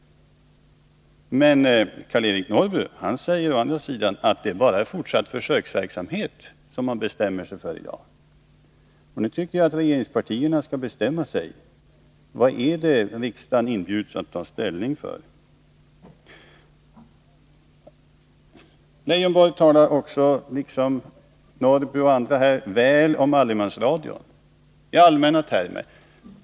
Men Karl-Eric Norrby å sin sida sade att vi i dag bara skall bestämma oss för en fortsatt försöksverksamhet. Jag tycker att regeringspartierna skall bestämma sig. Vad är det riksdagen inbjudes att ta ställning till? Lars Leijonborg liksom Karl-Eric Norrby och andra talade väl om allemansradion i allmänna termer.